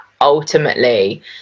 ultimately